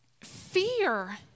fear